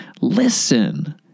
Listen